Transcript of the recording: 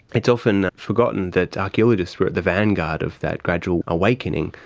it's often forgotten that archaeologists were at the vanguard of that gradual awakening,